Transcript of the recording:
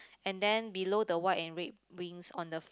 and then below the white and red wings on the f~